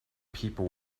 people